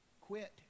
Quit